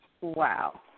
Wow